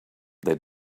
they